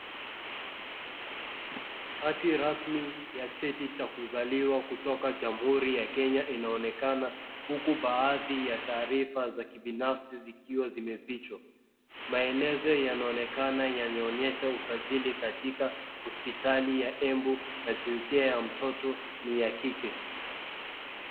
Hati rasmi ya cheti cha kuzaliwa kutoka jamhuri ya Kenya inaonekana huku baadhi ya taarifa za kibinafsi zikiwa zimefichwa. Maelezo yanaonekana yanaonyesha usajili katika Hospitali ya Embu na jinsia ya mtoto ni ya kike.